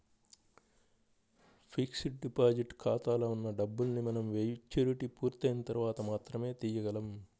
fixed deposit ఖాతాలో ఉన్న డబ్బుల్ని మనం మెచ్యూరిటీ పూర్తయిన తర్వాత మాత్రమే తీయగలం